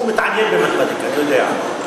הוא מתעניין במתמטיקה, אתה יודע.